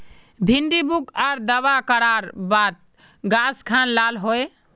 भिन्डी पुक आर दावा करार बात गाज खान लाल होए?